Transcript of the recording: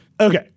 Okay